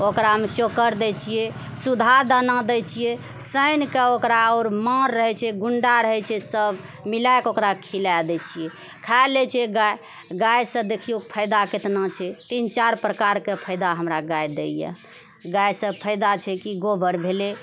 ओकरामे चोकर दए छिऐ सुधा दाना दए छिऐ सानिके ओकरा आओर माड़ रहैत छै गुन्डा रहैत छै सब मिलाए कऽ ओकरा खिलाए दए छिऐ खाए लए छै गाय गायसँ देखिऔ फायदा कितना छै तीन चारि प्रकारकेँ फायदा हमरा गाय दैए गायसँ फायदा छै कि गोबर भेलै